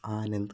Anand